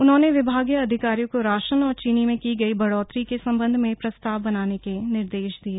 उन्होंने विभागीय अधिकारियों को राशन और चीनी में की गई बढ़ोतरी के सम्बन्ध में प्रस्ताव बनाने के निर्देश दिये